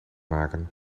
maken